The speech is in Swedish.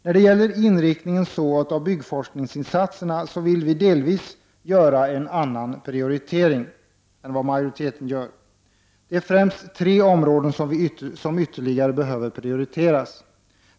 När det gäller inriktningen av byggforskningsinsatserna vill vi delvis göra en annan prioritering än vad majoriteten gör. Det är främst tre områden som ytterligare behöver prioriteras.